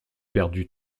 perdue